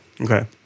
Okay